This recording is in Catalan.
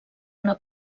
una